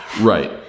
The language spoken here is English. Right